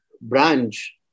branch